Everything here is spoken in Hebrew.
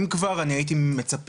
אם כבר אני הייתי מצפה